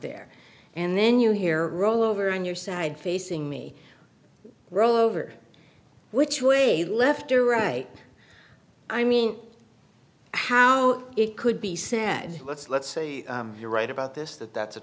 there and then you hear roll over on your side facing me roll over which way the left or right i mean how it could be said let's let's say you're right about this that that's a